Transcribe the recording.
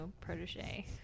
protege